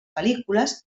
pel·lícules